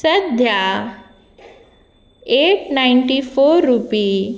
सद्या eight ninety four रुपी